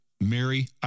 Mary